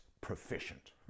proficient